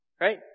Right